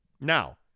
Now